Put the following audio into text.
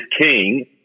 king